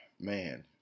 man